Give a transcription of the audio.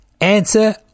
Answer